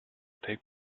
take